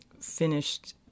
Finished